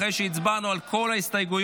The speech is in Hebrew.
אחרי שהצבענו על כל ההסתייגויות,